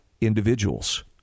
individuals